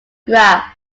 graph